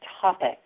topic